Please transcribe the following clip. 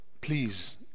Please